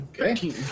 Okay